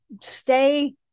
stay